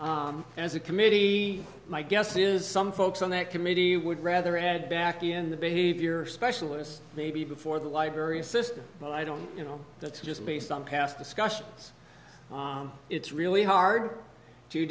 that as a committee my guess is some folks on that committee would rather add back in the behavior specialist maybe before the library system but i don't you know that's just based on past discussions it's really hard to